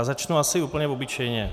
Začnu asi úplně obyčejně.